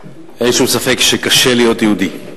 אין שום ספק שקשה להיות יהודי.